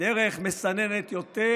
דרך מסננת יותר